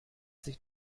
sich